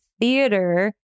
theater